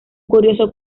curioso